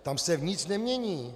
Tam se nic nemění.